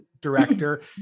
director